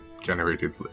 generated